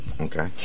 Okay